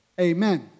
Amen